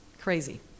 crazy